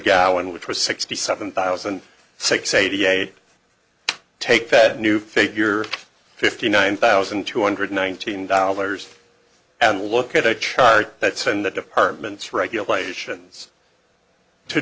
mcgowan which was sixty seven thousand and six eighty eight take that new figure fifty nine thousand two hundred nineteen dollars and look at a chart that said in the department's regulations to